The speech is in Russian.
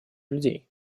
людей